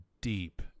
deep